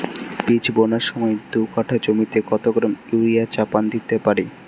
বীজ বোনার সময় দু কাঠা জমিতে কত গ্রাম ইউরিয়া চাপান দিতে পারি?